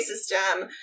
system